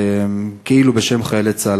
כאילו בשם חיילי צה"ל.